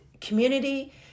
community